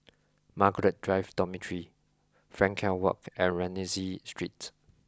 Margaret Drive Dormitory Frankel Walk and Rienzi Street